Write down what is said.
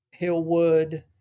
Hillwood